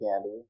candy